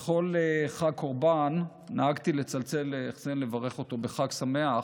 בכל חג הקורבן נהגתי לצלצל לחסיין ולברך אותו בחג שמח.